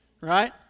right